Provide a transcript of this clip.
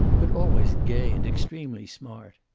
but always gay and extremely smart.